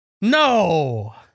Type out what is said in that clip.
no